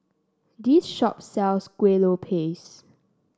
this shop sells Kuih Lopes